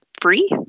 free